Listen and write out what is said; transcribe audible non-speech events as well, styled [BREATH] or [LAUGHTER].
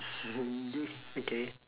[BREATH] do~ okay